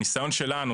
הניסיון שלנו